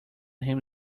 him